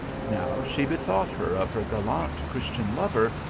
now she bethought her of her gallant christian lover,